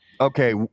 Okay